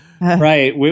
Right